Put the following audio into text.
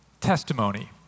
testimony